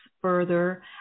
further